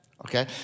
okay